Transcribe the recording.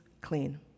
clean